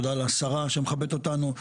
תודה לשרה במכבדת אותנו.